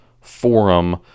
forum